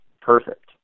perfect